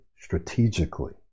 strategically